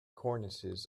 cornices